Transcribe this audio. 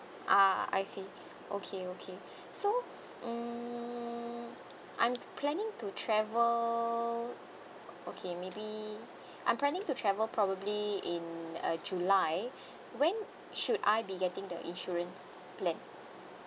ah I see okay okay so um I'm planning to travel okay maybe I'm planning to travel probably in uh july when should I be getting the insurance plan